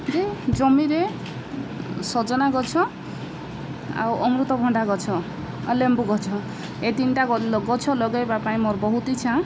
ଯେ ଜମିରେ ସଜନା ଗଛ ଆଉ ଅମୃତଭଣ୍ଡା ଗଛ ଆଉ ଲେମ୍ବୁ ଗଛ ଏ ତିନିଟା ଗଛ ଲଗେଇବା ପାଇଁ ମୋର ବହୁତ ଇଚ୍ଛା